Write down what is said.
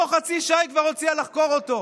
תוך חצי שעה היא כבר הציעה לחקור אותו.